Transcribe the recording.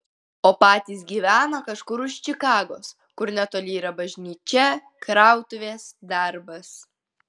o patys gyvena kažkur už čikagos kur netoli yra bažnyčia krautuvės darbas